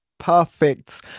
Perfect